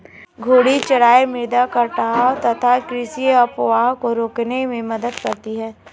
घूर्णी चराई मृदा कटाव तथा कृषि अपवाह को रोकने में मदद करती है